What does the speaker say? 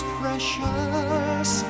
precious